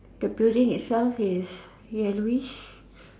the building itself is yellowish